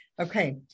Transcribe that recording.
Okay